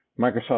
Microsoft